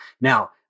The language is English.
Now